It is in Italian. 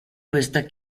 questa